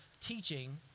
teaching